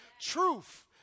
Truth